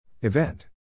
Event